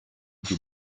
die